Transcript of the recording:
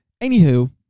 Anywho